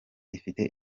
ifite